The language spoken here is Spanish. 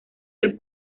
del